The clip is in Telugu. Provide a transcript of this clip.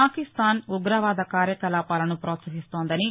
పాకిస్థాన్ ఉగ్రవాద కార్యకలాపాలను ప్రోత్సహిస్తోందని